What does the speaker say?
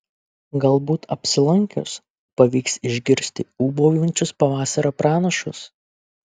galbūt apsilankius pavyks išgirsti ūbaujančius pavasario pranašus